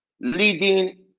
leading